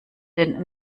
den